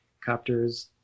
copters